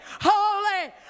holy